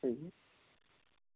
ठीक ऐ